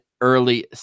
early